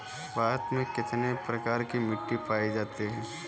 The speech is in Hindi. भारत में कितने प्रकार की मिट्टी पाई जाती है?